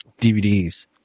DVDs